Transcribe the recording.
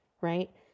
right